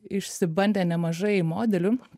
išsibandę nemažai modelių